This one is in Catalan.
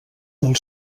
del